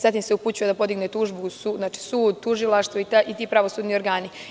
Zatim se upućuje da podigne tužbu, znači u sud, tužilaštvo i ti pravosudni organi.